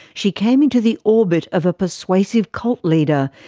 she came into the orbit of a persuasive cult leader,